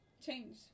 change